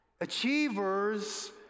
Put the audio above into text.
achievers